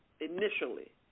initially